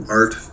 art